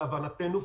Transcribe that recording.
נערך,